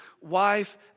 wife